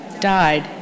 died